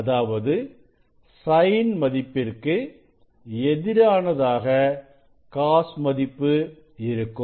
அதாவது sin மதிப்பிற்கு எதிரானதாக cos மதிப்பு இருக்கும்